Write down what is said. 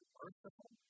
merciful